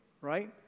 right